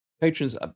patrons